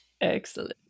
Excellent